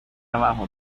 abajo